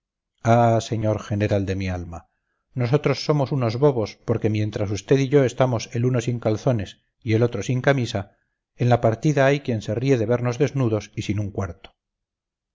señor general de mi alma nosotros somos unos bobos porque mientras usted y yo estamos el uno sin calzones y el otro sin camisa en la partida hay quien se ríe de vernos desnudos y sin un cuarto